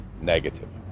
negative